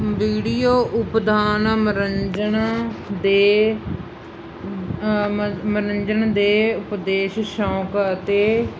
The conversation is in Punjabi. ਵੀਡੀਓ ਉਪਦਾਨ ਮਨੋਰੰਜਨ ਦੇ ਮਨ ਮਨੋਰੰਜਨ ਦੇ ਉਪਦੇਸ਼ ਸ਼ੌਂਕ ਅਤੇ